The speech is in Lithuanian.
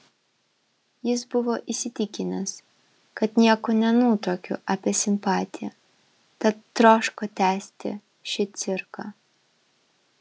jis buvo įsitikinęs kad nieko nenutuokiu apie simpatiją tad troško tęsti šį cirką